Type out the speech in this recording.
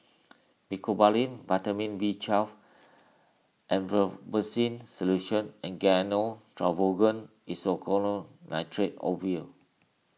Mecobalamin Vitamin B twelve Erythroymycin Solution and Gyno Travogen Isoconazole Nitrate Ovule